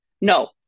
No